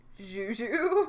juju